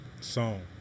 song